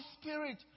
Spirit